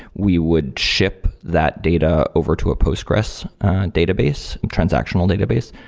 we would ship that data over to a postgressql database, transactional database,